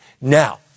Now